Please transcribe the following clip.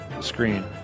screen